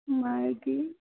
मागीर